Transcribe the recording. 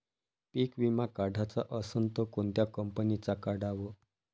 पीक विमा काढाचा असन त कोनत्या कंपनीचा काढाव?